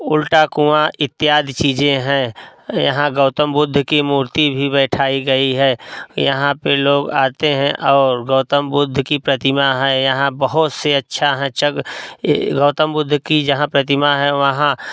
उल्टा कुँवा इत्यादि चीज़ें हैं यहाँ गौतम बुद्ध की मूर्ती भी बैठाई गई है यहाँ पर लोग आते हैं और गौतम बुद्ध की प्रतिमा है यहाँ बहुत से अच्छा अछ गौतम बुद्ध की जहाँ प्रतिमा है वहाँ